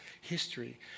History